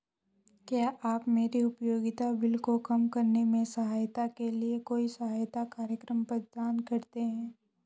क्या आप मेरे उपयोगिता बिल को कम करने में सहायता के लिए कोई सहायता कार्यक्रम प्रदान करते हैं?